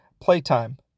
playtime